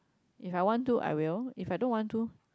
if I want to I will if I don't want to